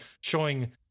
showing